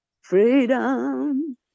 Freedom